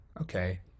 okay